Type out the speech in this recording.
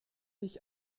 dich